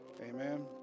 Amen